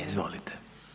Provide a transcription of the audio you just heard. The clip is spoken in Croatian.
Izvolite.